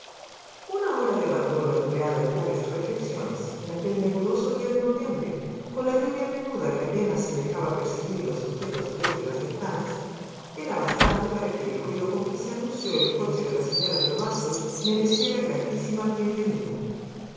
una hora de abandono empleada en tales reflexiones en aquel nebuloso día de noviembre con la lluvia menuda que apenas si dejaba percibir los objetos desde las ventanas era bastante para que el ruido con que se anunció el coche de la señora de rusell mereciera gratísima bienvenida